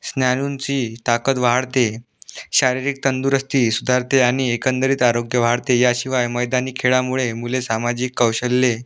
स्नायूंची ताकद वाढते शारीरिक तंदुरस्ती सुधारते आणि एकंदरीत आरोग्य वाढते याशिवाय मैदानी खेळामुळे मुले सामाजिक कौशल्ये